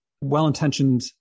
well-intentioned